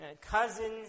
cousins